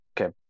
okay